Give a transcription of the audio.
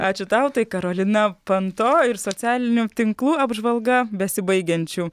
ačiū tau tai karolina panto ir socialinių tinklų apžvalga besibaigiančių